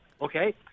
okay